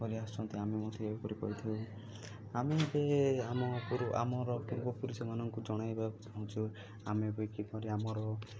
କରି ଆସୁଛନ୍ତି ଆମେ ମଧ୍ୟ ସେ କରି କହିଥାଉ ଆମେ ଏବେ ଆମରୁ ଆମର ପୁରୁଷମାନଙ୍କୁ ଜଣାଇବାକୁ ଚାହୁଁଛୁ ଆମେ ବି କିପରି ଆମର